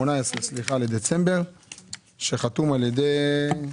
18.12.2022, שחתום על ידך.